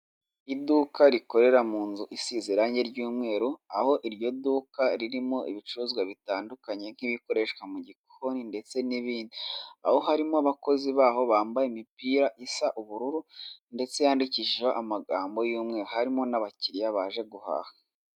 Iduka rikorera mu nzu isizeranye ry'umweru, aho iryo duka ririmo ibicuruzwa bitandukanye nk'ibikoreshwa mu gikoni ndetse n'ibindi, aho harimo abakozi baho bambaye imipira isa ubururu ndetse yandikishijeho amagambo y'umweru, harimo n'abakiriya baje guhaha.